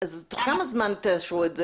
תוך כמה זמן תאשרו את זה?